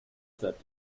that